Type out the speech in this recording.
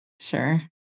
Sure